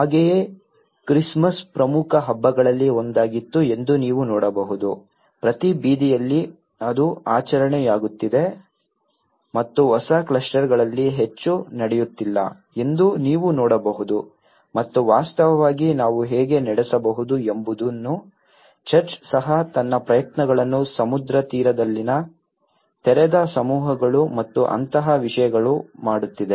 ಹಾಗೆಯೇ ಕ್ರಿಸ್ಮಸ್ ಪ್ರಮುಖ ಹಬ್ಬಗಳಲ್ಲಿ ಒಂದಾಗಿತ್ತು ಎಂದು ನೀವು ನೋಡಬಹುದು ಪ್ರತಿ ಬೀದಿಯಲ್ಲಿ ಅದು ಆಚರಣೆಯಾಗುತ್ತಿದೆ ಮತ್ತು ಹೊಸ ಕ್ಲಸ್ಟರ್ಗಳಲ್ಲಿ ಹೆಚ್ಚು ನಡೆಯುತ್ತಿಲ್ಲ ಎಂದು ನೀವು ನೋಡಬಹುದು ಮತ್ತು ವಾಸ್ತವವಾಗಿ ನಾವು ಹೇಗೆ ನಡೆಸಬಹುದು ಎಂಬುದನ್ನು ಚರ್ಚ್ ಸಹ ತನ್ನ ಪ್ರಯತ್ನಗಳನ್ನು ಸಮುದ್ರ ತೀರದಲ್ಲಿನ ತೆರೆದ ಸಮೂಹಗಳು ಮತ್ತು ಅಂತಹ ವಿಷಯಗಳು ಮಾಡುತ್ತಿದೆ